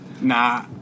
Nah